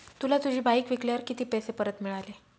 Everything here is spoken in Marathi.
तुला तुझी बाईक विकल्यावर किती पैसे परत मिळाले?